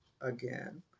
again